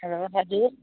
hello हजुर